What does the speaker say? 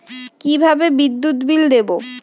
কিভাবে বিদ্যুৎ বিল দেবো?